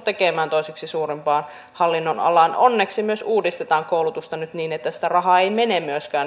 tekemään toiseksi suurimpaan hallinnonalaan onneksi myös uudistetaan koulutusta nyt niin että sitä rahaa ei mene